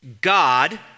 God